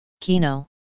Kino